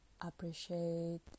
Appreciate